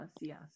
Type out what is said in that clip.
yes